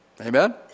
Amen